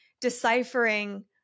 deciphering